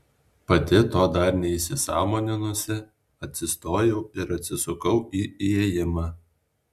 pati to dar neįsisąmoninusi atsistojau ir atsisukau į įėjimą